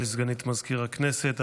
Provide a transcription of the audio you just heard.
תודה לסגנית מזכיר הכנסת.